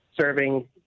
serving